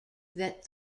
that